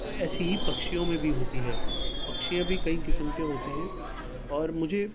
ایسی ہی پکھشیوں میں بھی ہوتی ہے پکھشیاں بھی کئی قسم کے ہوتے ہیں اور مجھے